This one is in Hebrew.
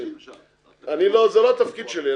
זה לא התפקיד שלי.